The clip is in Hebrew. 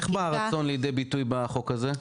איך בא הרצון לידי ביטוי בחוק הזה?